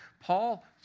Paul